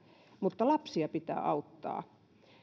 mutta lapsia pitää auttaa